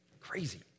Crazy